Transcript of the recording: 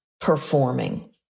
performing